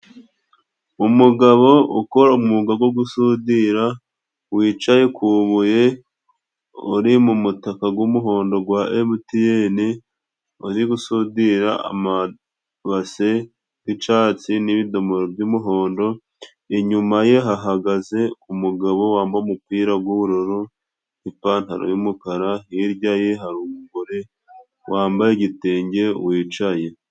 Umugabo ukora umwuga go gusudira, wicaye ku ibuye uri mu mutaka g'umuhondo gwa Emutiyeni, uri gusudira amabase g'icatsi n'ibidomoro by'umuhondo. Inyuma ye hahagaze umugabo wambaye umupira g'ubururu n'ipantaro y'umukara. Hirya ye hari umugore wambaye igitenge wicaye.